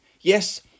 Yes